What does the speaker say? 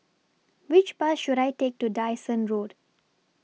Which Bus should I Take to Dyson Road